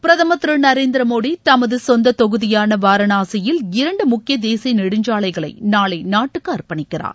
பிரதமர் திரு நரேந்திர மோடி தமது சொந்த தொகுதியான வாரணாசியில் இரண்டு முக்கிய தேசிய நெடுஞ்சாலைகளை நாளை நாட்டுக்கு அர்ப்பணிக்கிறார்